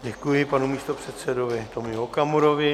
Děkuji panu místopředsedovi Tomio Okamurovi.